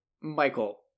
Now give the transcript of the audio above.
Michael